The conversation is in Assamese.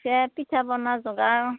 পিছে পিঠা পনাৰ যোগাৰ